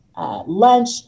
lunch